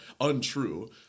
untrue